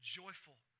joyful